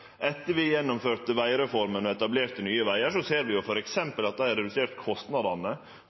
Etter at vi gjennomførte vegreforma og etablerte Nye Veier, ser vi f.eks. at dei har redusert kostnadene